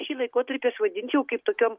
šį laikotarpį aš vadinčiau kaip tokiom